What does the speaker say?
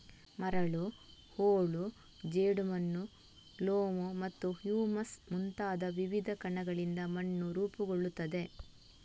ಮರಳು, ಹೂಳು, ಜೇಡಿಮಣ್ಣು, ಲೋಮ್ ಮತ್ತು ಹ್ಯೂಮಸ್ ಮುಂತಾದ ವಿವಿಧ ಕಣಗಳಿಂದ ಮಣ್ಣು ರೂಪುಗೊಳ್ಳುತ್ತದೆ